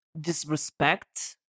disrespect